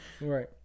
Right